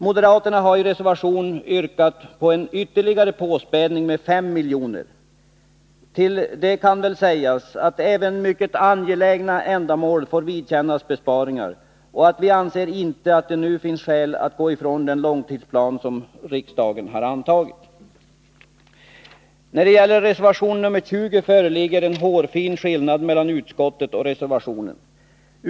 Moderaterna har i reservationen yrkat på en ytterligare påspädning med 5 miljoner. Till det kan sägas att även mycket angelägna ändamål får vidkännas besparingar, och vi anser inte att det nu finns skäl att gå ifrån den långtidsplan som riksdagen har antagit. När det gäller reservation 20 föreligger en hårfin skillnad mellan utskottsmajoriteten och reservanterna.